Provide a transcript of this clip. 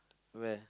where